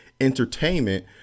entertainment